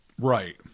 Right